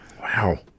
Wow